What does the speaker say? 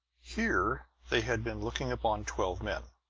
here they had been looking upon twelve men,